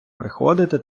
приходити